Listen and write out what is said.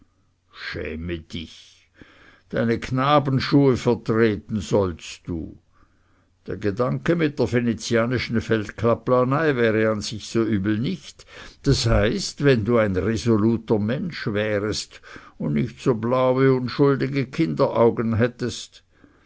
schäme dich deine knabenschuhe vertreten sollst du der gedanke mit der venezianischen feldkaplanei wäre an sich so übel nicht das heißt wenn du ein resoluter mensch wärest und nicht so blaue unschuldige kinderaugen hättest